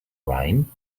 rhyme